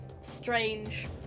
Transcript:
strange